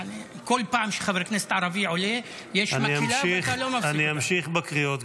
כל פעם שחבר כנסת ערבי עולה --- אני אמשיך בקריאות,